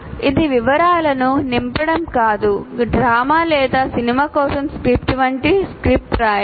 ఇది వివరాలను నింపడం కాదు డ్రామా లేదా సినిమా కోసం స్క్రిప్ట్ వంటి స్క్రిప్ట్ రాయడం